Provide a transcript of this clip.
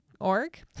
org